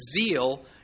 zeal